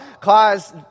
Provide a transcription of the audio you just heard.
cause